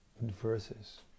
verses